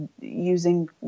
using